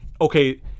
okay